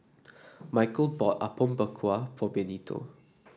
Micheal bought Apom Berkuah for Benito